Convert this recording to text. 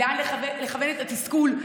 לאן לכוון את התסכול,